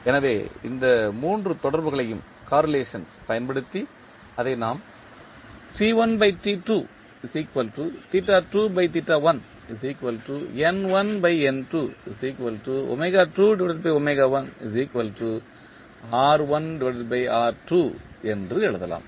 எனவே இந்த 3 தொடர்புகளைப் பயன்படுத்தி அதை நாம் என்று எழுதலாம்